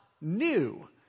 new